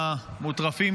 המוטרפים,